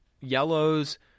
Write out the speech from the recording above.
yellows